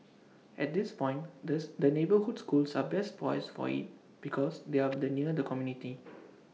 at this point this the neighbourhood schools are best poised for IT because they are of the near the community